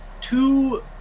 two